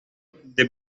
the